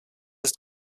ist